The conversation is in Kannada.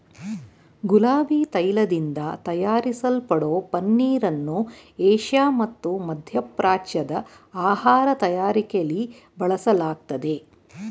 ಗುಲಾಬಿ ತೈಲದಿಂದ ತಯಾರಿಸಲ್ಪಡೋ ಪನ್ನೀರನ್ನು ಏಷ್ಯಾ ಮತ್ತು ಮಧ್ಯಪ್ರಾಚ್ಯದ ಆಹಾರ ತಯಾರಿಕೆಲಿ ಬಳಸಲಾಗ್ತದೆ